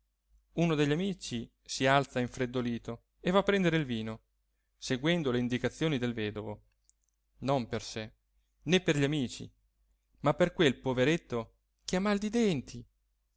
uno degli amici si alza infreddolito e va a prendere il vino seguendo le indicazioni del vedovo non per sé né per gli amici ma per quel poveretto che ha mal di denti